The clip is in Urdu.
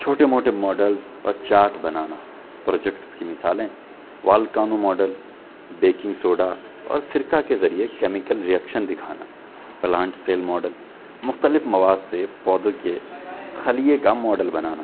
چھوٹے موٹے ماڈلز اور چاٹ بنانا پروجیکٹس کی مثالیں والکانو ماڈل بیکنگ سوڈا اور سرکہ کے ذریعے کیمیکل ریئکشن دکھانا پلانٹس سیل ماڈل مختلف مواد سے پودوں کے خلیے کا ماڈل بنانا